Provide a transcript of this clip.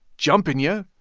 jumping you.